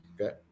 Okay